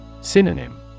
Synonym